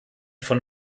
von